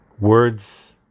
Words